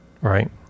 right